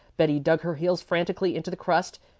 betty dug her heels frantically into the crust.